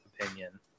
opinion